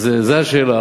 זו השאלה.